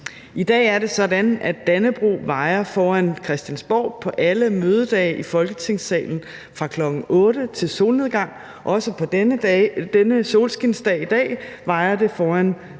I dag er det sådan, at Dannebrog vajer foran Christiansborg på alle mødedage i Folketingssalen fra kl. 8.00 til solnedgang, og også på denne solskinsdag i dag vajer det foran